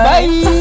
Bye